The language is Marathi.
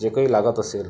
जे काही लागत असेल